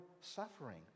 suffering